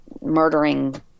murdering